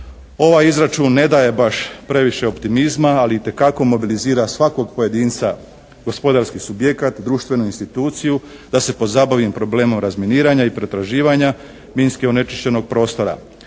Ovaj izračun ne daje baš previše optimizma ali itekako mobilizira svakog pojedinca, gospodarski subjekat, društvenu instituciju da se pozabavi problemom razminiranja i pretraživanja minski onečišćenog prostora.